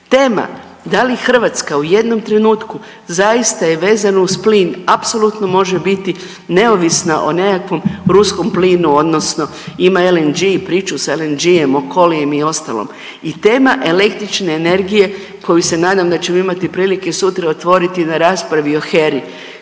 Tema da li Hrvatska u jednom trenutku zaista je vezana uz plin apsolutno može biti neovisna o nekakvom ruskom plinu odnosno ima LNG, priču s LNG-em, Okoliem i ostalom. I tema električne energije koju se nadam da ćemo imati prilike sutra otvoriti na raspravi o HERI.